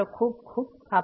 ખુબ ખુબ આભાર